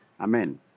amen